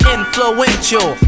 Influential